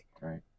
right